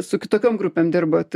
su kitokiom grupėm dirbot